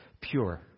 pure